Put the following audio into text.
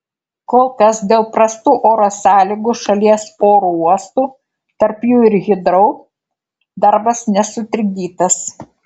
kol kas dėl prastų oro sąlygų šalies oro uostų tarp jų ir hitrou darbas nesutrikdytas